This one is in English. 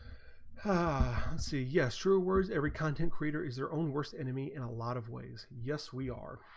ah see yes for words every content creators are own worst enemy and a lot of ways yes we are